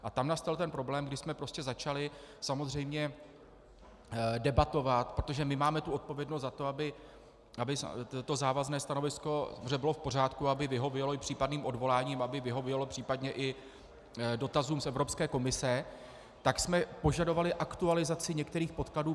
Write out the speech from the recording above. A tam nastal ten problém, kdy jsme prostě začali samozřejmě debatovat, protože my máme tu odpovědnost za to, aby to závazné stanovisko, protože bylo v pořádku, aby vyhovělo i případným odvoláním, aby vyhovělo případně i dotazům z Evropské komise, tak jsme požadovali aktualizaci některých podkladů.